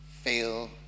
fail